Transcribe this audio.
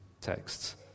texts